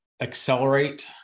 accelerate